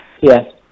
Yes